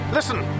Listen